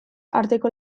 arteko